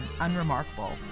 unremarkable